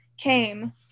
came